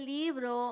libro